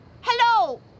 Hello